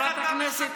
איך אתה משקר,